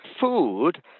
food